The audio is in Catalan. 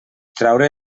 traure